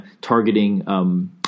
targeting